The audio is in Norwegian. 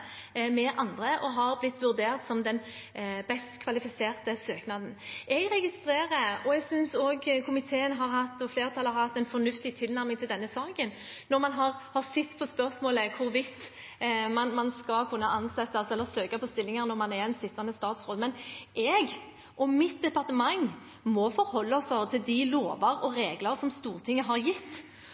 med andre og blitt vurdert som den best kvalifiserte søkeren. Jeg synes komiteen og flertallet har hatt en fornuftig tilnærming til denne saken når man har sett på spørsmålet om hvorvidt man skal kunne ansettes eller søke på stillinger når man er en sittende statsråd. Men jeg og mitt departement må forholde oss til de lover og regler Stortinget har gitt,